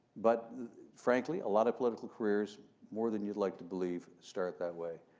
but frankly, a lot of political careers more than you'd like to believe start that way.